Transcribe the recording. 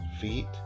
feet